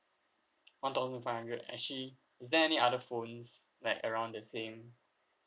one thousand five hundred actually is there any other phones like around the same